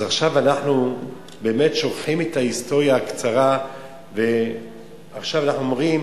אז עכשיו אנחנו באמת שוכחים את ההיסטוריה הקצרה ועכשיו אנחנו אומרים: